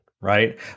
right